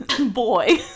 boy